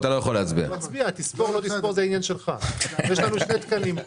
אני לא אמרתי שאני מתנגד.